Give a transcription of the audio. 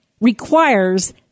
requires